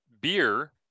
beer